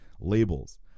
labels